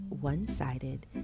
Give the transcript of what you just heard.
one-sided